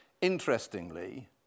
Interestingly